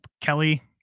Kelly